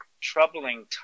troubling